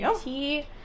tea